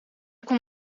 kon